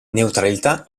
neutralità